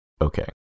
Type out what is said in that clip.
okay